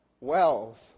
Wells